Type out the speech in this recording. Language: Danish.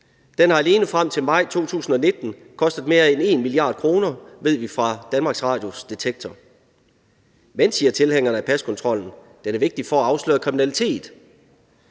Den har alene frem til maj 2019 kostet mere end 1 mia. kr., ved vi fra Danmarks Radios Detektor. Men, siger tilhængerne af paskontrollen, den er vigtig for at afsløre kriminalitet.